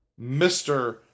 Mr